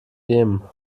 jemen